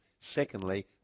Secondly